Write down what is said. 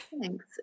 Thanks